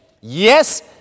yes